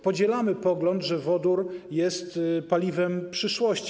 Podzielamy pogląd, że wodór jest paliwem przyszłości.